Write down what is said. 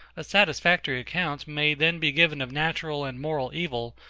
a satisfactory account may then be given of natural and moral evil,